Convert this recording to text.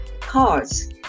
cards